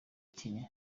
kenya